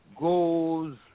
goes